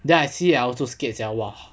then I see I also scared sia !wah!